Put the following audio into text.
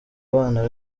abana